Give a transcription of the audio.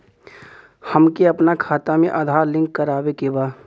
हमके अपना खाता में आधार लिंक करावे के बा?